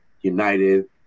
United